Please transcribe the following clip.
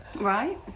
right